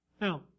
Now